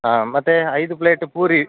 ಹಾಂ ಮತ್ತೆ ಐದು ಪ್ಲೇಟ್ ಪೂರಿ